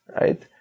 right